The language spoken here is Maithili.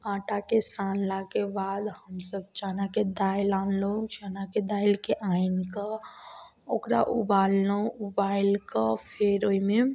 आटाके सानलाके बाद हमसब चनाके दालि आनलहुँ चनाके दालि आनिकऽ ओकरा उबाललहुँ उबालिकऽ फेर ओइमे